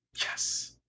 Yes